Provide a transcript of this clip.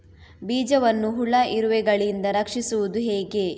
ಬೀಜವನ್ನು ಹುಳ, ಇರುವೆಗಳಿಂದ ರಕ್ಷಿಸುವುದು ಹೇಗೆ?